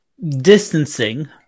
distancing